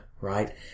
Right